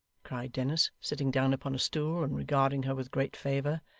cried dennis, sitting down upon a stool, and regarding her with great favour.